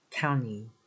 County